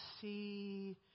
see